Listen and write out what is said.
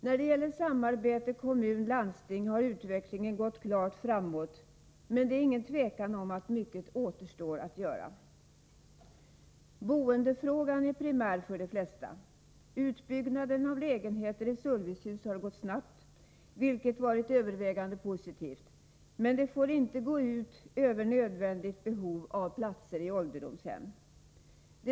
När det gäller samarbetet kommun-landsting har utvecklingen gått klart framåt, men det är inget tvivel om att mycket återstår att göra. Boendefrågan är primär för de flesta. Utbyggnaden av lägenheter i servicehus har gått snabbt, vilket varit övervägande positivt. Men det får inte gå ut över att behovet av platser på ålderdomshem inte kan tillgodoses.